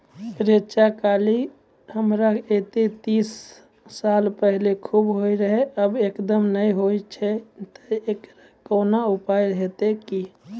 रेचा, कलाय हमरा येते तीस साल पहले खूब होय रहें, अब एकदम नैय होय छैय तऽ एकरऽ कोनो उपाय हेते कि?